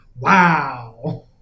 Wow